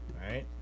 right